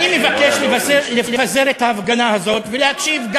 אני מבקש לפזר את ההפגנה הזאת ולהקשיב.